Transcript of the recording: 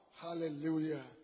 Hallelujah